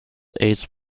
eighth